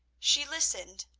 she listened,